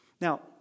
Now